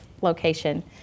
location